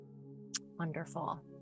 Wonderful